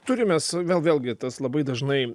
turim mes vėl vėlgi tas labai dažnai